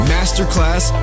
Masterclass